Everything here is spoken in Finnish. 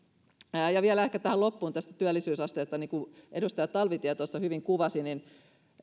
vielä ehkä tähän loppuun tästä työllisyysasteesta niin kuin edustaja talvitie tuossa hyvin kuvasi